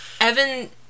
Evan